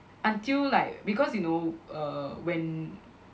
until like because you know err when